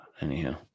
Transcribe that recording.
Anyhow